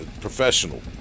Professional